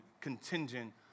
contingent